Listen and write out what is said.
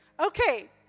Okay